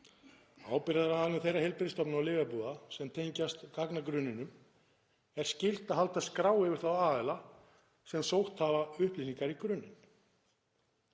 Ábyrgðaraðilum þeirra heilbrigðisstofnana og lyfjabúða sem tengjast gagnagrunninum er skylt að halda skrá yfir þá aðila sem sótt hafa upplýsingar í grunninn.“